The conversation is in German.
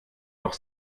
noch